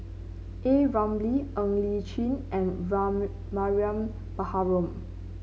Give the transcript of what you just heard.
A Ramli Ng Li Chin and Mariam Baharom